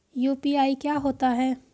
UPI क्या होता है?